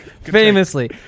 famously